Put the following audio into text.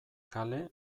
kale